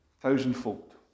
Thousandfold